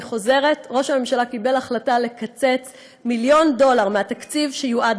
אני חוזרת: ראש הממשלה קיבל החלטה לקצץ מיליון דולר מהתקציב שיועד